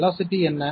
velocity என்ன